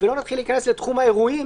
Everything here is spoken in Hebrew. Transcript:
ולא נתחיל להיכנס לתחום האירועים,